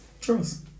Trust